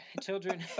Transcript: Children